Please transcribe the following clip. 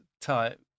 type